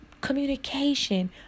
Communication